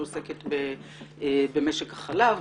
שעוסקת במשק החלב,